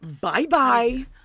Bye-bye